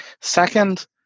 Second